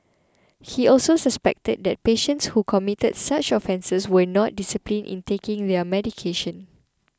he also suspected that patients who committed such offences were not disciplined in taking their medication